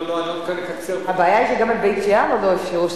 קודם כול, את מוזמנת אלי, אצלי זה מסודר.